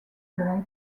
bronx